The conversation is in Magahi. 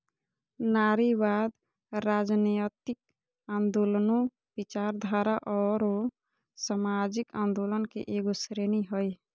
नारीवाद, राजनयतिक आन्दोलनों, विचारधारा औरो सामाजिक आंदोलन के एगो श्रेणी हइ